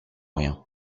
rien